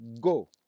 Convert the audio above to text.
Go